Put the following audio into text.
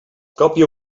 còpia